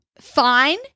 fine